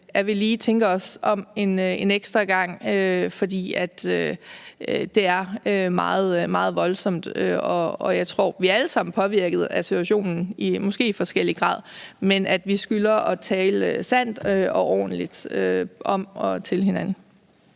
at vi lige tænker os om en ekstra gang, for det er meget voldsomt. Jeg tror, vi alle sammen er påvirket af situationen, måske i forskellig grad, men vi skylder at tale sandt og ordentligt om og til hinanden.